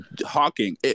Hawking